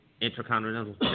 Intercontinental